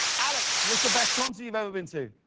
alex, what's the best concert you've ever been to?